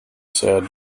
said